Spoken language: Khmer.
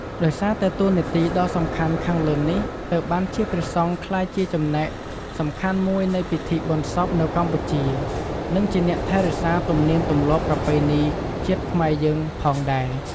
ដោយសារតែតួនាទីដ៏សំខាន់ខាងលើនេះ ទើបបានជាព្រះសង្ឃក្លាយជាចំណែកសំខាន់មួយនៃពិធីបុណ្យសពនៅកម្ពុជា និងជាអ្នកថែរក្សាទំនៀមទម្លាប់ប្រពៃណីជាតិខ្មែរយើងផងដែរ។